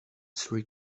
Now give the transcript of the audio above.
three